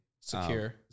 Secure